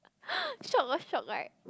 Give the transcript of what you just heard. shiok hor shiok right